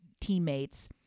teammates